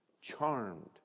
charmed